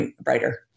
brighter